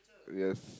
yes